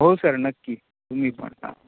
हो सर नक्की तुम्ही पणता